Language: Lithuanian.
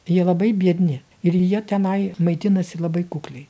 jie labai biedni ir jie tenai maitinasi labai kukliai